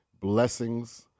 Blessings